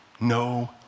No